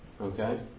Okay